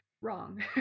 wrong